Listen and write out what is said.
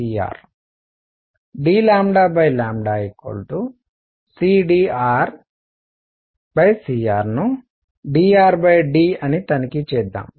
ఆ cr dcdrcr dcdrcr ను drrఅని తనిఖీ చేద్దాం